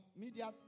media